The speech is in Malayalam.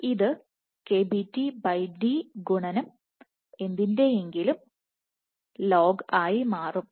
ഇത് KBTdഗുണനം എന്തിൻറെയെങ്കിലും ln ആയി മാറും